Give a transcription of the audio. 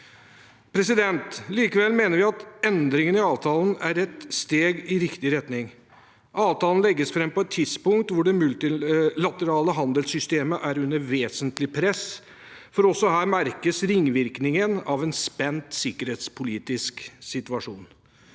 fiskebåter. Likevel mener vi at endringene i avtalen er et steg i riktig retning. Avtalen legges fram på et tidspunkt hvor det multilaterale handelssystemet er under vesentlig press, for også her merkes ringvirkningen av en spent sikkerhetspolitisk situasjon.